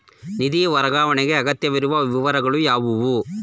ನಿಧಿ ವರ್ಗಾವಣೆಗೆ ಅಗತ್ಯವಿರುವ ವಿವರಗಳು ಯಾವುವು?